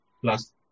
plus